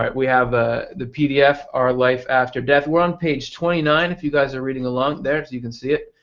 we have ah the pdf our life after death. we are on page twenty nine if you guys are reading along. there you can see it.